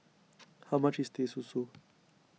how much is Teh Susu